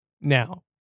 now